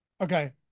Okay